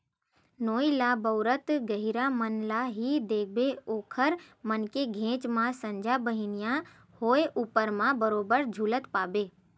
नोई ल बउरत गहिरा मन ल ही देखबे ओखर मन के घेंच म संझा बिहनियां होय ऊपर म बरोबर झुलत पाबे